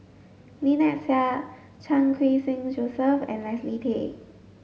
Lynnette Seah Chan Khun Sing Joseph and Leslie Tay